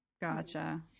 Gotcha